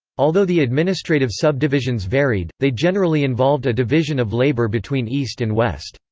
although the administrative subdivisions varied, they generally involved a division of labour between east and west.